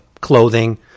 clothing